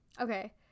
okay